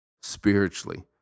spiritually